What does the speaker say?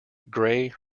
grey